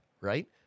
right